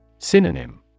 Synonym